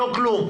לא כלום,